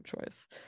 choice